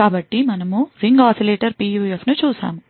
కాబట్టి మనము ring oscillator PUFను చూశాము